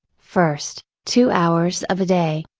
first, two hours of a day,